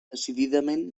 decididament